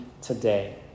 today